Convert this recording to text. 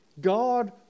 God